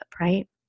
right